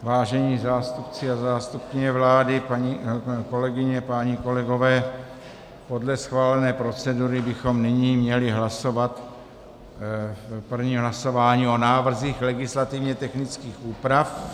Vážení zástupci a zástupkyně vlády, paní kolegyně, páni kolegové, podle schválené procedury bychom měli nyní hlasovat prvním hlasováním o návrzích legislativně technických úprav.